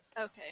Okay